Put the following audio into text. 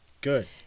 Good